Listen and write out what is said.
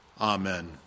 Amen